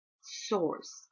source